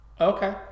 Okay